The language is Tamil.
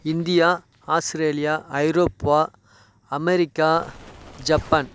India Australia Europe America Japan